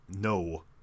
no